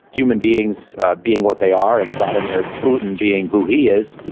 human beings being what they are and vladimir putin being who he is,